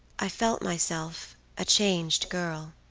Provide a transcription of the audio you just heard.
i felt myself a changed girl.